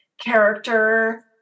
character